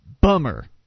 Bummer